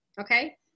okay